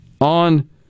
on